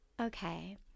Okay